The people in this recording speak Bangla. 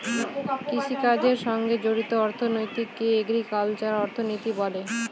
কৃষিকাজের সঙ্গে জড়িত অর্থনীতিকে এগ্রিকালচারাল অর্থনীতি বলে